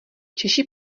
češi